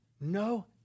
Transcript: No